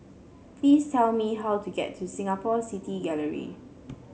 please tell me how to get to Singapore City Gallery